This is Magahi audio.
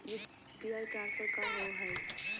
यू.पी.आई ट्रांसफर का होव हई?